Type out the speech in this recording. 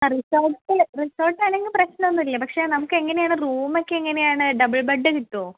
ആ resort resort ആണെങ്കിൽ പ്രശ്നമൊന്നുമില്ല പക്ഷേ നമുക്ക് എങ്ങനെയാണ് റൂം ഒക്കെ എങ്ങനെയാണ് ഡബിൾ ബെഡ് കിട്ടുമോ